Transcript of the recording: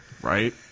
Right